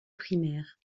primaire